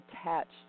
attached